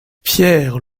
pierre